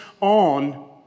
on